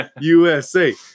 usa